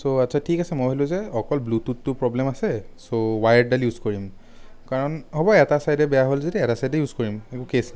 চ' আচ্ছা ঠিক আছে মই ভাবিলোঁ যে অকল ব্লুটুথটোৰ প্ৰব্লেম আছে চ' ৱায়াৰ্ডডাল ইউজ কৰিম কাৰণ হ'ব এটা চাইদে বেয়া হ'ল যেতিয়া এটা চাইদেই ইউজ কৰিম একো কেচ নাই